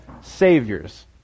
saviors